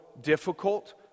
difficult